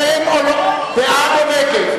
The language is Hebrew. בעד או נגד?